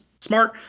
smart